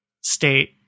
state